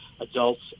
adults